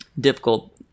difficult